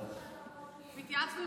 מי ישלם?